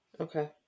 okay